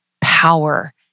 power